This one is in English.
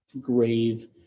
grave